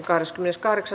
asia